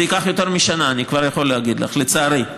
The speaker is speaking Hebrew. זה ייקח יותר משנה, אני כבר יכול להגיד לך, לצערי.